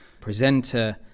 presenter